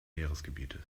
meeresgebiete